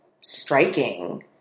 striking